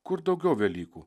kur daugiau velykų